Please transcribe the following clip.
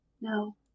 No